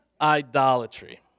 idolatry